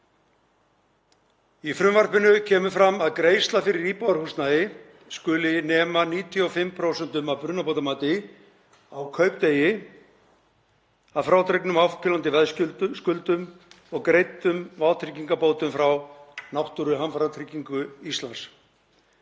Í frumvarpinu kemur fram að greiðsla fyrir íbúðarhúsnæði skuli nema 95% af brunabótamati á kaupdegi að frádregnum áhvílandi veðskuldum og greiddum vátryggingarbótum frá Náttúruhamfaratryggingu Íslands.